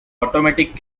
automatic